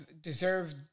deserve